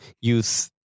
youth